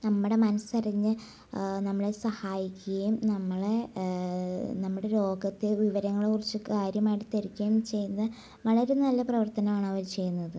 നമ്മുടെ മനസ്സറിഞ്ഞ് നമ്മളെ സഹായിക്കുകയും നമ്മളെ നമ്മുടെ രോഗത്തെ വിവരങ്ങളെക്കുറിച്ച് കാര്യമായിട്ട് തിരക്കുകയും ചെയ്ത് വളരെ നല്ല പ്രവർത്തനമാണ് അവർ ചെയ്യുന്നത്